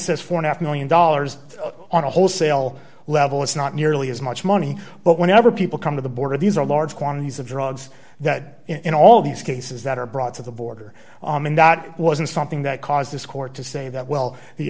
says for half a one million dollars on a wholesale level it's not nearly as much money but whenever people come to the border these are large quantities of drugs that in all these cases that are brought to the border wasn't something that caused this court to say that well the